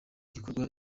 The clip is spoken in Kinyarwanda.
gikorwa